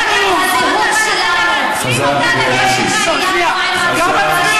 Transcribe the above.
ששולל את הזכות שלנו, לכו.